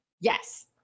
Yes